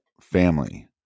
family